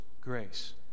grace